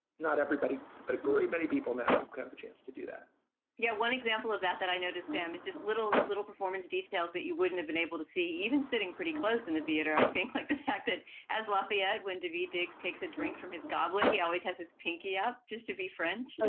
not everybody, but a great many people now have the chance to do that yeah. one example of that that i noticed, sam, is just little little performance details that you wouldn't have been able to see, even sitting pretty close in the theater, i think. like the fact that as lafayette when tv diggs takes a drink from his goblet, he always has his pinkie up just to be friends.